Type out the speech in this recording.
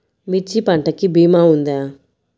మిర్చి పంటకి భీమా ఉందా?